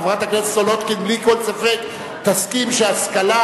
חברת הכנסת סולודקין בלי כל ספק תסכים שההשכלה